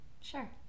sure